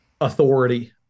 authority